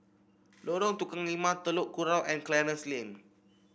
Lorong Tukang Lima Telok Kurau and Clarence Lane